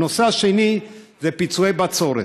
הנושא השני זה פיצויי בצורת.